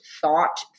thought